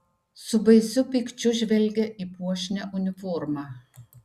su baisiu pykčiu žvelgė į puošnią uniformą